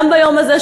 גם ביום הזה,